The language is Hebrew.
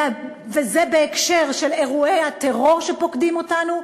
וזה בהקשר של אירועי הטרור שפוקדים אותנו,